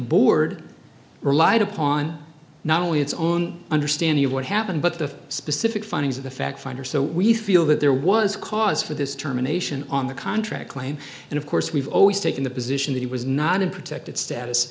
board relied upon not only its own understanding of what happened but the specific findings of the fact finder so we feel that there was cause for this terminations on the contract claim and of course we've always taken the position that it was not in protected status